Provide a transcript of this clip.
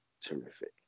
terrific